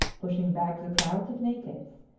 pushing back the crowds of natives,